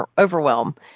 overwhelm